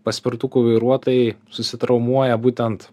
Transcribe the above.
paspirtukų vairuotojai susitraumuoja būtent